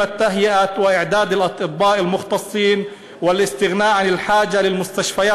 אתה תמיד בבחינת אוצר ומשענת לעמך ולאנשיך.